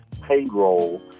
payroll